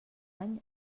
any